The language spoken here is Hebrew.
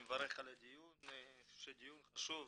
אני מברך על הדיון שהוא דיון חשוב.